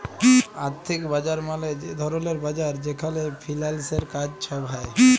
আথ্থিক বাজার মালে যে ধরলের বাজার যেখালে ফিল্যালসের কাজ ছব হ্যয়